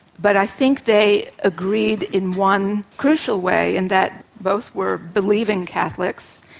but i think they agreed in one crucial way, in that both were believing catholics,